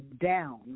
down